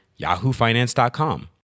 yahoofinance.com